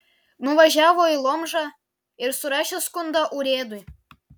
nuvažiavo į lomžą ir surašė skundą urėdui